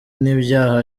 n’ibyaha